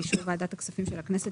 באישור ועדת הכספים של הכנסת,